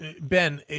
Ben